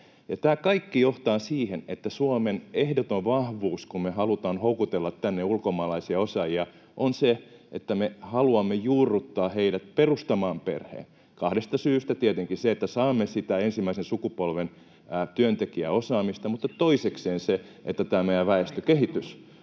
Tämä kaikki johtaa siihen, että Suomen ehdoton vahvuus, kun me halutaan houkutella tänne ulkomaalaisia osaajia, on se, että me haluamme juurruttaa heidät perustamaan perheen, kahdesta syystä tietenkin: että saamme sitä ensimmäisen sukupolven työntekijäosaamista, mutta toisekseen, että tämä meidän väestökehitys